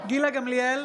גילה גמליאל,